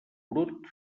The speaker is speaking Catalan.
brut